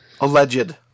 alleged